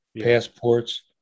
passports